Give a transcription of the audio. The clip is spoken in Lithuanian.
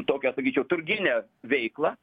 tokią sakyčiau turginę veiklą